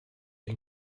you